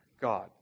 God